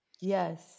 yes